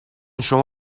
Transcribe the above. شما